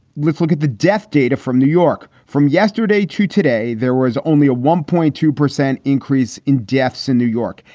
let's look at the death data from new york from yesterday to today. there was only a one point two percent increase in deaths in new york.